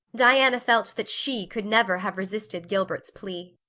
diana felt that she could never have resisted gilbert's plea.